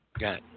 Got